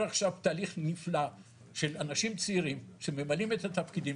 עכשיו תהליך נפלא של אנשים צעירים שממלאים את התפקידים